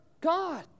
God